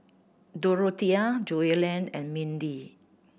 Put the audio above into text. Dorothea Joellen and Mindi